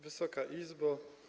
Wysoka Izbo!